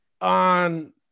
on